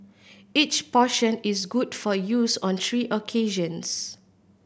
each portion is good for use on three occasions